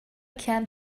can